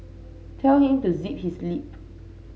tell him to zip his lip